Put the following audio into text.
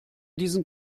diesen